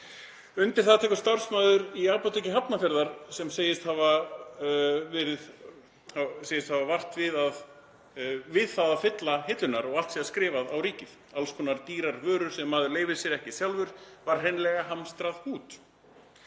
Undir það tekur starfsmaður í Apóteki Hafnarfjarðar sem segist varla hafa við að fylla á hillurnar og allt sé það skrifað á ríkið. „Alls konar dýrar vörur sem maður leyfir sér ekki sjálfur var hreinlega hamstrað út.“